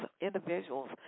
individuals